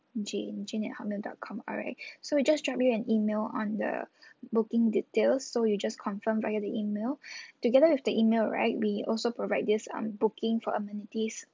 jane jane at hotmail dot com alright so we just drop you an email on the booking details so you just confirm via the email together with the email right we also provide this um booking for amenities